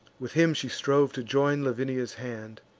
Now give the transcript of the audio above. with him she strove to join lavinia's hand,